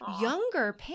Younger